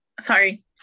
Sorry